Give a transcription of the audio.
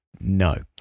no